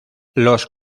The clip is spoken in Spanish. los